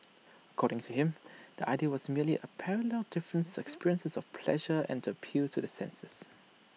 according to him the idea was merely parallel different experiences of pleasure and appeal to the senses